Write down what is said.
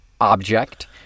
object